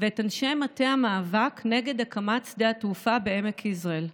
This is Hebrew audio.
ואת אנשי מטה המאבק נגד הקמת שדה תעופה בעמק יזרעאל,